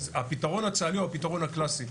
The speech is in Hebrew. הפתרון הצה"לי הוא הפתרון הקלאסי,